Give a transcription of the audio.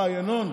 ינון,